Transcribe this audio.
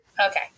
Okay